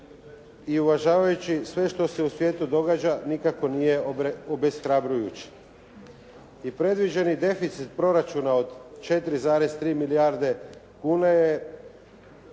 i uvažavajući sve što se u svijetu događa nikako nije obeshrabrujuće. I predviđeni deficit proračuna od 4,3 milijarde kuna je